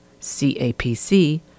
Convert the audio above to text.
CAPC